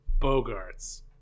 Bogarts